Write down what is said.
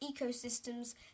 ecosystems